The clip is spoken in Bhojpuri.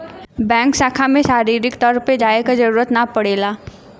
बैंक शाखा में शारीरिक तौर पर जाये क जरुरत ना पड़ेला